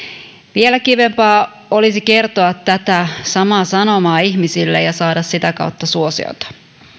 vielä kivempaa olisi kertoa tätä samaa sanomaa ihmisille ja saada sitä kautta suosiota